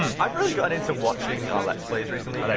um really got into watching our let's plays recently,